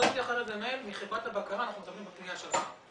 קיבלתי מייל מחברת הבקרה: 'אנחנו מטפלים בפנייה שלך'.